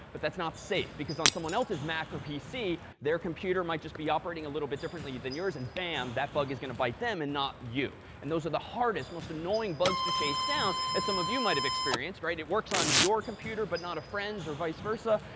but that's not safe because on someone else's mac or pc, their computer might just be operating a little bit differently than yours, and bam, that bug is going to bite them and not you. and those are the hardest, most annoying bugs to chase down as some of you might have experienced. right? it works on your computer but not a friends or vise versa.